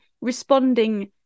responding